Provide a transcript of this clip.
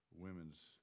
women's